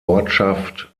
ortschaft